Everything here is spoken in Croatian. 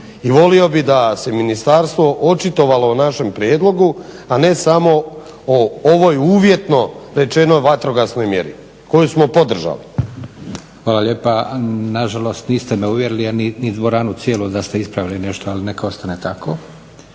I volio bih da se ministarstvo očitovalo o našem prijedlogu, a ne samo o ovoj uvjetno rečeno vatrogasnoj mjeri koju smo podržali. **Leko, Josip (SDP)** Hvala lijepa. Nažalost, niste me uvjerili a ni dvoranu cijelu da ste ispravili nešto, ali neka ostane tako.